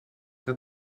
que